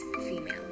female